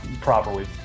properly